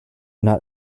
not